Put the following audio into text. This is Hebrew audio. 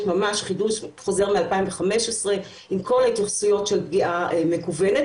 ממש חידוש חוזר מ-2015 עם כל ההתייחסויות של פגיעה מקוונת.